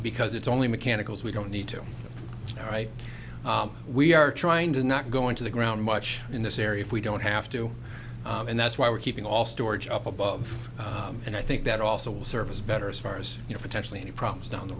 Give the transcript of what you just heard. because it's only mechanicals we don't need to know right we are trying to not go into the ground much in this area if we don't have to and that's why we're keeping all storage up above and i think that also will serve as better as far as you know potentially any problems down the